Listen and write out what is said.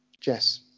Jess